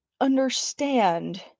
understand